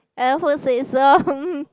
I also say so